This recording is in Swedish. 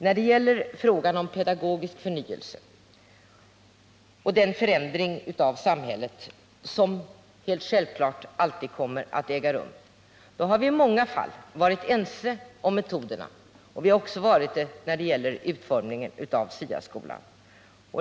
När det gäller frågan om pedagogisk förnyelse och den förändring av samhället, som helt självklart alltid kommer att äga rum, har vi i många fall varit ense om metoderna. Det har vi också varit när det gäller utformningen av SIA-skolan.